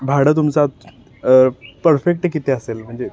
भाडं तुमचं परफेक्ट किती असेल म्हणजे